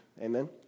Amen